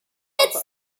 its